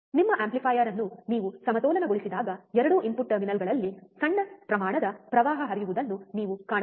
ನಿಮ್ಮ ಆಂಪ್ಲಿಫೈಯರ್ ಅನ್ನು ನೀವು ಸಮತೋಲನಗೊಳಿಸಿದಾಗ 2 ಇನ್ಪುಟ್ ಟರ್ಮಿನಲ್ಗಳಲ್ಲಿ ಸಣ್ಣ ಪ್ರಮಾಣದ ಪ್ರವಾಹ ಹರಿಯುವುದನ್ನು ನೀವು ಕಾಣಬಹುದು